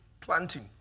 planting